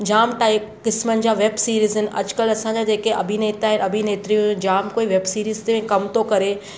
जामु टाइप क़िस्मनि जा वैब सीरीज आहिनि अॼुकल्ह असांजा जेके अभिनेता अभिनेत्रियूं जामु कोई वैब सीरीज ते कम थो करे